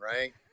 Right